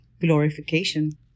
glorification